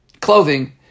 clothing